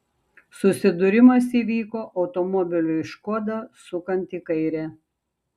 susidūrimas įvyko automobiliui škoda sukant į kairę